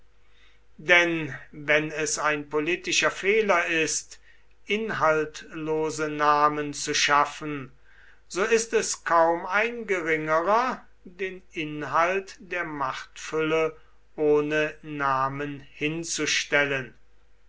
denn wenn es ein politischer fehler ist inhaltlose namen zu schaffen so ist es kaum ein geringerer den inhalt der machtfülle ohne namen hinzustellen